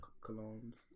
Colons